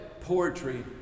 poetry